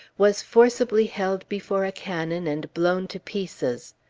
was forcibly held before a cannon and blown to pieces.